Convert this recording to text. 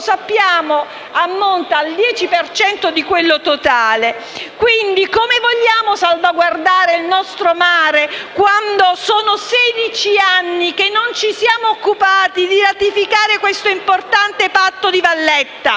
sappiamo ammontare al dieci per cento del totale. Quindi, come vogliamo salvaguardare il nostro mare, quando sono quattordici anni che non ci siamo occupati di ratificare questo importante Patto di La Valletta?